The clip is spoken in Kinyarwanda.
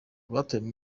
abatawe